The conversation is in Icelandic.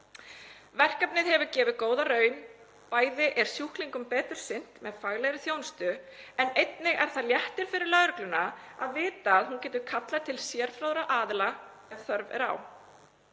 Verkefnið hefur gefið góða raun. Bæði er sjúklingum betur sinnt með faglegri þjónustu en einnig er það léttir fyrir lögregluna að vita að hún getur kallað til sérfróða aðila ef þörf er á.